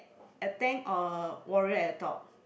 a tank or a warrior at top